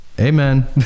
Amen